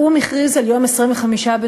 האו"ם הכריז בשנת 1999 על יום 25 בנובמבר